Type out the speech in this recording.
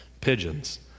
pigeons